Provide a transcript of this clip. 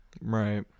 Right